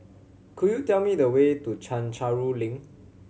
could you tell me the way to Chencharu Link